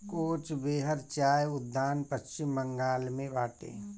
कोच बेहर चाय उद्यान पश्चिम बंगाल में बाटे